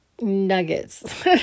nuggets